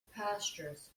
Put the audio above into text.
pastures